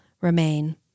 remain